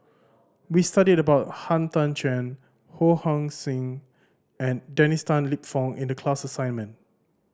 we studied about Han Tan Juan Ho Hong Sing and Dennis Tan Lip Fong in the class assignment